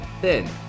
thin